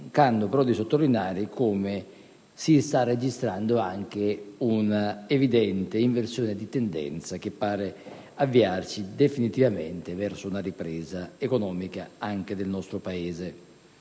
mancando però di sottolineare come si stia registrando anche un'evidente inversione di tendenza, che pare avviarsi definitivamente verso una ripresa economica anche nel nostro Paese.